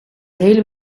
hele